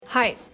Hi